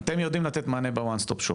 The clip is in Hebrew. אתם יודעים לתת מענה ב-ONE STOP SHOP?